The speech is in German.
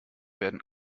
werden